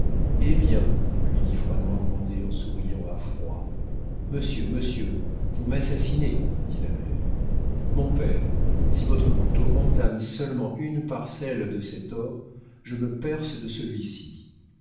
eh bien lui dit froidement grandet en souriant à froid monsieur monsieur vous m'assassinez dit la mère mon père si votre couteau entame seulement une parcelle de cet or je me perce de celui-ci